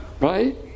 Right